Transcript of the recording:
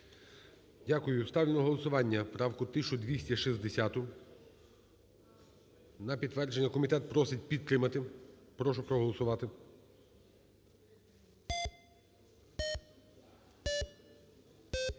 Дякую. Ставлю на голосування правку 1260. На підтвердження. Комітет просить підтримати. Прошу проголосувати.